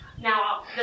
Now